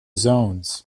zones